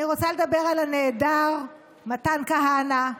אני רוצה לדבר על הנעדר מתן כהנא,